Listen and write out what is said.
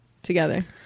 together